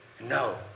No